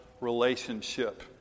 relationship